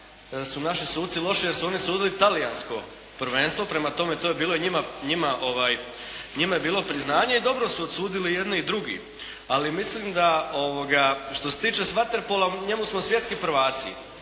su naši suci lošiji, jer su oni sudili talijansko prvenstvo. Prema tome, to je bilo i njima priznanje i dobro su odsudili i jedni i drugi. Ali mislim da što se tiče s vaterpolom u njemu smo svjetski prvaci.